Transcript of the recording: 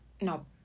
No